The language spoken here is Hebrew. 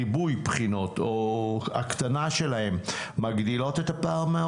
ריבוי בחינות או הקטנה שלהן מגדיל את הפער מן